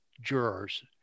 jurors